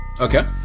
Okay